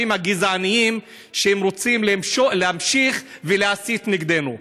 הגזענים שרוצים להמשיך ולהסית נגדנו.